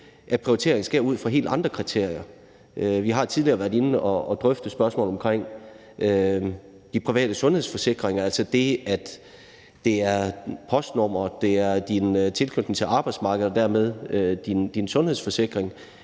at prioriteringer sker ud fra helt andre kriterier. Vi har tidligere været inde og drøfte spørgsmålet omkring de private sundhedsforsikringer, altså det, at det er postnummeret, ens tilknytning til arbejdsmarkedet og dermed ens sundhedsforsikring